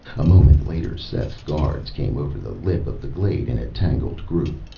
a moment later, seth's guards came over the lip of the glade in a tangled group,